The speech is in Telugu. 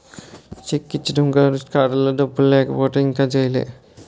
చెక్ ఇచ్చీడం కాదు ఖాతాలో డబ్బులు లేకపోతే ఇంక జైలే